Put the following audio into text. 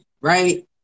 right